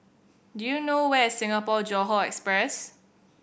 do you know where is Singapore Johore Express